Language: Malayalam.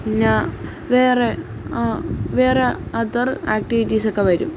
പിന്നെ വേറെ ആ വേറെ അദർ ആക്ടിവിറ്റീസൊക്കെ വരും